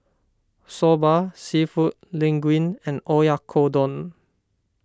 Soba Seafood Linguine and Oyakodon